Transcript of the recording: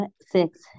six